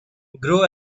grow